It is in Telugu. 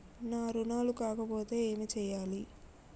నా రుణాలు కాకపోతే ఏమి చేయాలి?